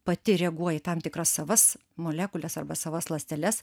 pati reaguoja į tam tikras savas molekules arba savas ląsteles